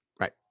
Right